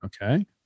Okay